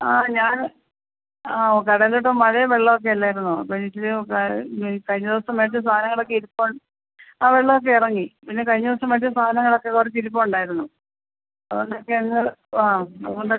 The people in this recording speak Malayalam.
ആ ഞാൻ ആ ഒ കടയിലോട്ട് മഴയും വെള്ളമൊക്കെ അല്ലായിരുന്നൊ അപ്പം ഇച്ചിരി കഴിഞ്ഞ ദിവസം മേടിച്ച സാധങ്ങളൊക്കെ ഇരിപ്പുണ്ട് ആ വെള്ളമൊക്കെ ഇറങ്ങി പിന്നെ കഴിഞ്ഞ ദിവസം മേടിച്ച സാധനങ്ങളൊക്കെ കുറച്ച് ഇരിപ്പുണ്ടായിരുന്നു അത് കൊണ്ടൊക്കെ അങ്ങ് ആ അതുകൊണ്ടൊക്കെ